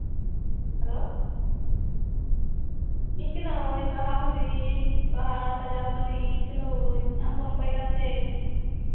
hello ᱤᱧ ᱠᱟᱹᱱᱟᱹᱧ ᱵᱟᱦᱟ ᱢᱟᱹᱞᱤ ᱵᱟᱦᱟ ᱥᱟᱡᱟᱣ ᱢᱟᱹᱞᱤ ᱠᱟᱹᱱᱟᱹᱧ ᱟᱢᱫᱚᱢ ᱚᱠᱚᱭ ᱠᱟᱱᱛᱮ